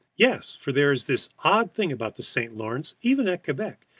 yes, for there is this odd thing about the st. lawrence, even at quebec,